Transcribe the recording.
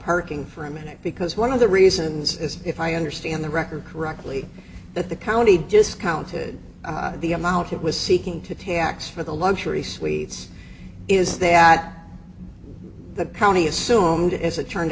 parking for a minute because one of the reasons is if i understand the record correctly that the county discounted the amount it was seeking to tax for the luxury suites is that the county assume as it turned